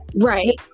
Right